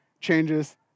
changes